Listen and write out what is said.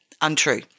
untrue